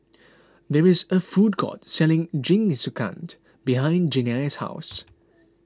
there is a food court selling Jingisukan behind Gianni's house